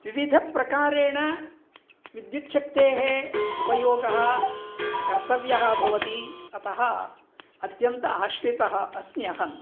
विविधप्रकारेण विद्युच्छक्तेः उपयोगः कर्तव्यः भवति अतः अत्यन्तम् आश्रितः अस्मि अहम्